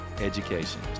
Education